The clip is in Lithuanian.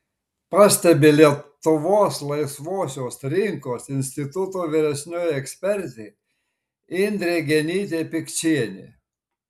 pastebi lietuvos laisvosios rinkos instituto vyresnioji ekspertė indrė genytė pikčienė